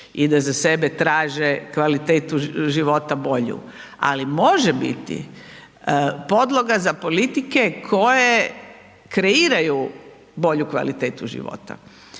i da za sebe traže kvalitetu života bolju, ali može biti podloga za politike koje kreiraju bolju kvalitetu života.